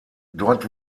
dort